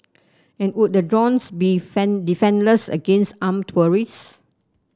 and would the drones be defenceless against armed terrorist